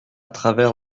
travers